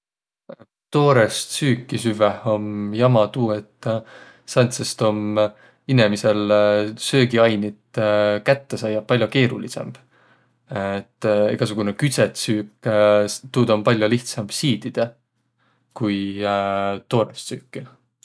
Toorõst süüki süvveh om jama tuu, et sääntsest om inemisel söögiainit kätte saiaq pall'o keerulidsõmb. Et egäsugunõ küdset süük, tuud om pall'o lihtsämb siididäq, kui toorõst süüki.